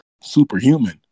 superhuman